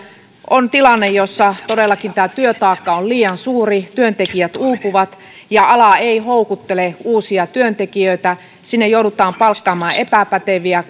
on tilanne jossa todellakin työtaakka on liian suuri työntekijät uupuvat ja ala ei houkuttele uusia työntekijöitä sinne joudutaan palkkaamaan epäpäteviä